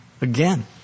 Again